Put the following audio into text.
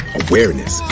awareness